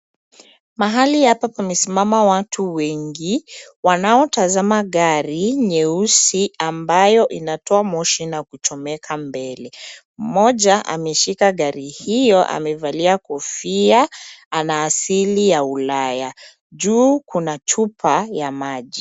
Mahali hapa pamesimama watu wengi, wanaotazama gari nyeusi ambayo inatoa moshi na kuchomeka mbele. Mmoja, ameshika gari hiyo, amevalia kofia ana asili ya ulaya. Juu kuna chupa ya maji.